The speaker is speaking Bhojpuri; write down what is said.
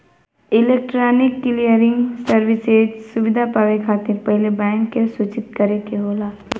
इलेक्ट्रॉनिक क्लियरिंग सर्विसेज सुविधा पावे खातिर पहिले बैंक के सूचित करे के होला